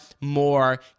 more